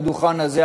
בדוכן הזה,